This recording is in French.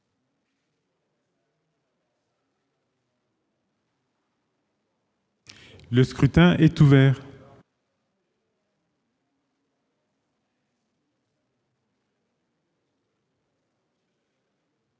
Le scrutin est ouvert.